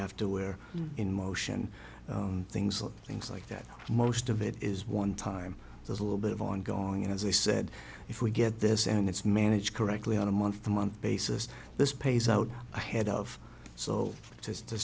after where in motion things like things like that most of it is one time there's a little bit of ongoing and as i said if we get this and it's managed correctly on a month to month basis this pays out ahead of so